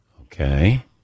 Okay